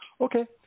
Okay